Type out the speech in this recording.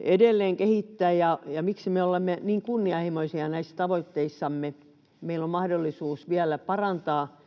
edelleen kehittää ja miksi me olemme niin kunnianhimoisia näissä tavoitteissamme, meillä on mahdollisuus vielä parantaa.